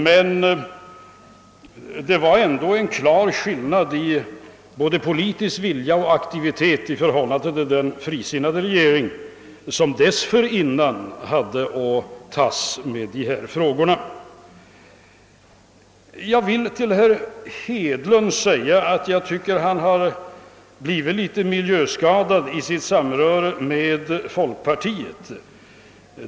Men det var ändå en klar skillnad i såväl politisk vilja som aktivitet i förhållande till den frisin nade regering som dessförinnan hade att tas med dessa frågor. Jag vill till herr Hedlund säga, att jag tycker han har blivit litet miljöskadad i sitt samröre med folkpartiet.